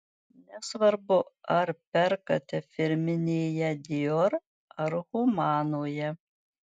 nesvarbu ar perkate firminėje dior ar humanoje